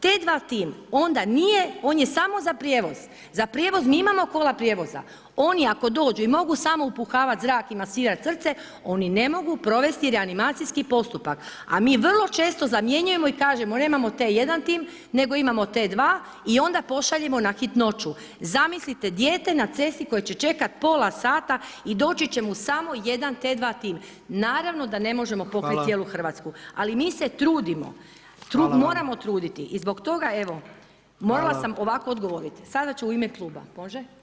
T2 tim, on je samo za prijevoz, za prijevoz mi imamo kola prijevoza, on je ako dođe i mogu samo upuhavati zrak i masirati srce, oni ne mogu provesti reanimacijski postupak a mi vrlo često zamjenjujemo i kažemo, nemamo T1 tim nego imamo T2 i onda pošaljemo na hitnoću, zamislite dijete na cesti koje će čekati pola sata i doći će mu samo jedan T2 tim, naravno da ne možemo pokriti cijelu Hrvatsku ali mi se trudimo, moramo truditi i zbog toga evo morala sam ovako odgovoriti, sada ću u ime kluba, može?